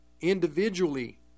individually